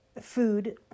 food